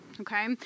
okay